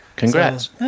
Congrats